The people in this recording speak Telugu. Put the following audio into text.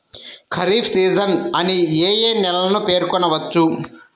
ఖరీఫ్ సీజన్ అని ఏ ఏ నెలలను పేర్కొనవచ్చు?